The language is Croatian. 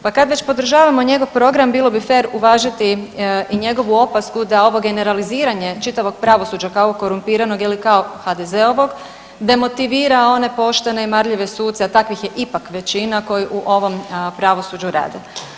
Pa kad već podržavamo njegov program bilo bi fer uvažiti i njegovu opasku da ovo generaliziranje čitavog pravosuđa kao korumpiranog ili kao HDZ-ovog demotivira one poštene i marljive suce, a takvih je ipak većina koji u ovom pravosuđu rade.